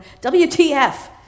WTF